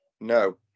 No